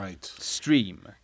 stream